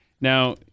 Now